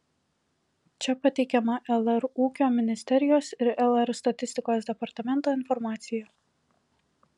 čia pateikiama lr ūkio ministerijos ir lr statistikos departamento informacija